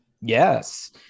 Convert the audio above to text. Yes